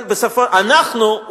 אנחנו,